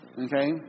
Okay